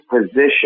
position